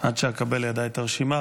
עד שאקבל לידיי את הרשימה,